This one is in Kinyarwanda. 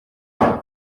yabo